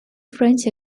french